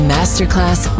Masterclass